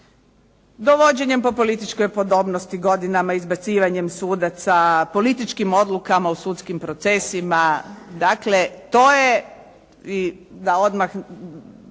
dovođenjem po političkoj podobnosti, godinama, izbacivanjem sudaca, političkim odlukama u sudskim procesima. Dakle, to je i da odmah